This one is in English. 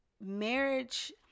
Marriage